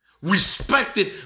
Respected